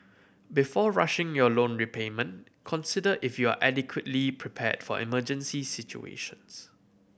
before rushing your loan repayment consider if you are adequately prepared for emergency situations